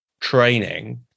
training